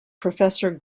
professor